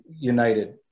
united